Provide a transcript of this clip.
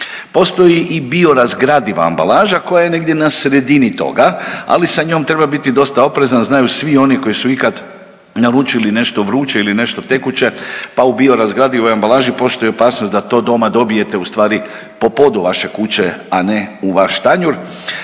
Postoji i bio razgradiva ambalaža koja je negdje na sredini toga, ali sa njom treba biti dosta oprezan, znaju svi oni koji su ikad naručili nešto vruće ili nešto tekuće pa u bio razgradivoj ambalaži postoji opasnost da to doma dobijete u stvari po podu vaše kuće, a ne u vaš tanjur.